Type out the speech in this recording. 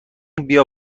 بیا